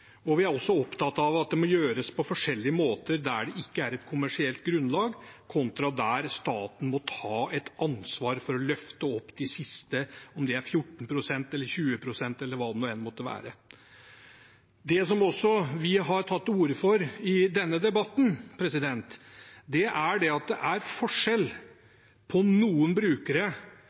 og av at det må gjøres på forskjellige måter der det ikke er et kommersielt grunnlag og der staten må ta et ansvar for å løfte opp de siste, om det er 14 pst., 20 pst., eller hva det nå enn måtte være. Det vi også har tatt til orde for i denne debatten, er at det er forskjell på brukere. Noen